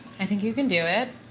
i think you can do it.